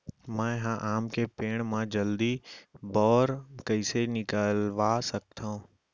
मैं ह आम के पेड़ मा जलदी बौर कइसे निकलवा सकथो?